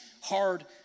hard